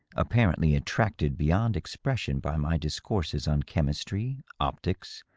apparently attracted beyond expression by my discourses on chemistry, optics,